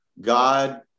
God